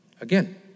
Again